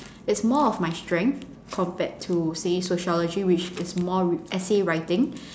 it's more of my strength compared to say sociology which is more wr~ essay writing